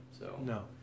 No